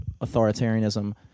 authoritarianism